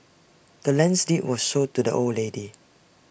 the land's deed was sold to the old lady